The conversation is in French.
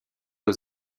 aux